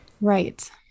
Right